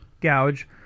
gouge